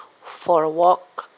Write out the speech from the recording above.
for a walk